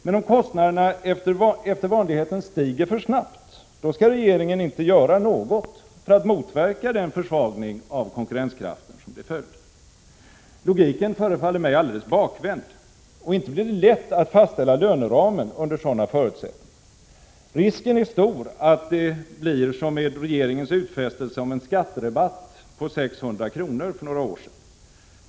Men om kostnaderna efter vanligheten stiger för snabbt skall regeringen inte göra något för att motverka den försvagning av konkurrenskraften som blir följden. Logiken förefaller mig alldeles bakvänd. Inte blir det lätt att fastställa löneramen under sådana förutsättningar. Risken är stor att det blir som med regeringens utfästelse för några år sedan om en skatterabatt på 600 kr.